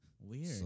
Weird